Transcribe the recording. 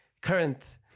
current